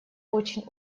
очень